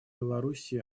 беларуси